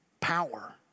power